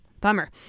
Bummer